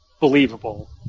believable